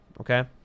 okay